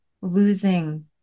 losing